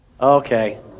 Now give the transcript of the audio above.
Okay